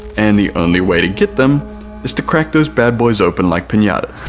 and the only way to get them is to crack those bad boys open like pinata,